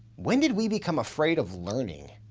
when did we become afraid of learning?